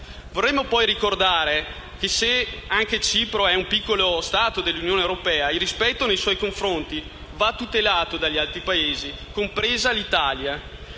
Vorremmo ricordare che, se anche Cipro è un piccolo Stato dell'Unione europea, il rispetto nei suoi confronti va tutelato dagli altri Paesi, compresa l'Italia.